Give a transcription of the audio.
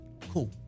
Cool